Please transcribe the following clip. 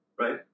Right